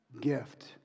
gift